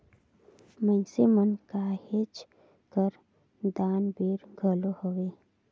मइनसे मन कहेच कर दानबीर घलो हवें